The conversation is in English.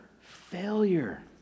failure